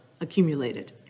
accumulated